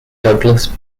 douglass